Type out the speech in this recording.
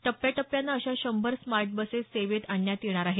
टप्याटप्यानं अशा शंभर स्मार्ट बसेस सेवेत आणण्यात येणार आहेत